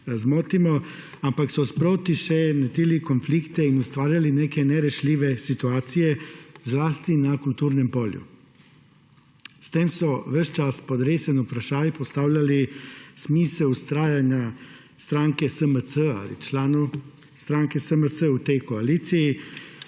zmotimo – sproti še netili konflikte in ustvarjali neke nerešljive situacije zlasti na kulturnem polju. S tem so ves čas pod resen vprašaj postavljali smisel vztrajanja stranke SMC ali članov stranke SMC v tej koaliciji